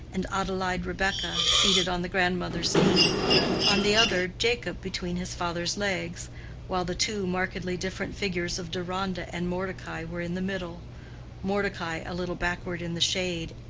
and adelaide rebekah seated on the grandmother's knee on the other, jacob between his father's legs while the two markedly different figures of deronda and mordecai were in the middle mordecai a little backward in the shade,